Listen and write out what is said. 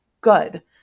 good